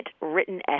written